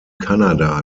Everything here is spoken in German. kanada